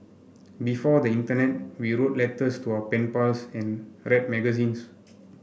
before the internet we wrote letters to our pen pals and read magazines